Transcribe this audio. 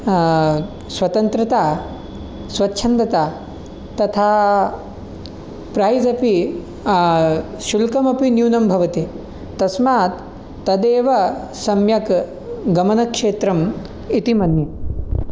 स्वतन्त्रता स्वच्छन्दता तथा प्रैज़् अपि शुल्कम् अपि न्यूनं भवति तस्मात् तदेव सम्यक् गमनक्षेत्रम् इति मन्ये